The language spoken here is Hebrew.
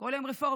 כל יום רפורמות.